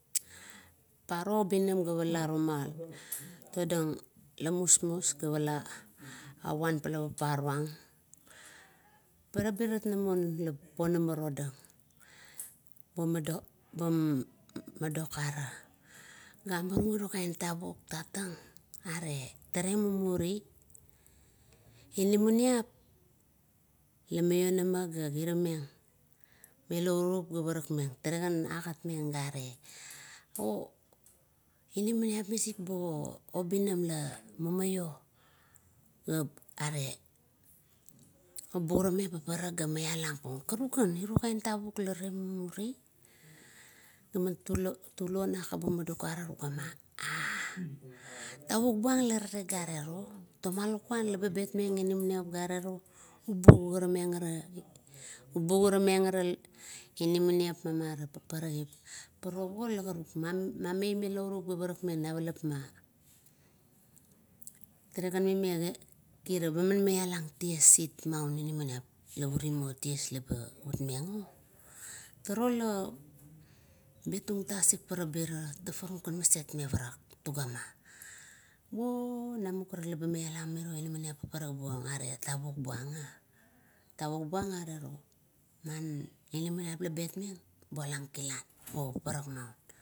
Paro obinam ga pala tuma, todang lemusmus ga pala avapala paparung. Parabirat namur la ponamar todang, bo mado, mado kara. Ga agimarung iro tavuk tatang are taremumuri non nimaniap, lamaionaaga kirameng non naup ga parakmeng tale agatmeng gare, o iriminiap misik bo, obinam la mumaio ga, are oborame paparak la maiang maun, karukan iro tavuk la tale mumuri. Gaman tulo nakap bo matokara tugama a, tavuk buang larate garero. Toma lakuan laba betmeng inamaniap gare ro, buvaremeng are, bubuvaremeng are ininamaniap ma paparagip putago la guruk. Umei menaurup na valapma. Taregan, eba man maialang ties it maun inamaniap, paurimo ties laba utmeng o? Turu ia betung tasik parabira tafaru maset me parak, tugama vuo namuk are leba aiang ininamap paparak bong, are tavuk bung a. Tavuk ang arero, man nunumiap labetming, bula kilan o parak maun.